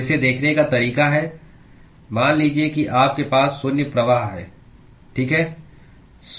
तो इसे देखने का तरीका है मान लीजिए कि आपके पास शून्य प्रवाह है ठीक है